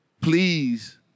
please